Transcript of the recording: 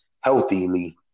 healthily